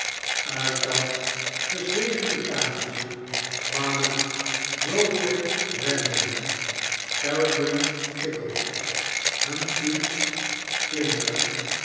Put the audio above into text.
uit dat gezegende kamertje kwamen roderick random peregrine pickle humphrey clinker